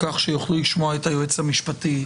כך שיוכלו לשמוע את היועץ המשפטי?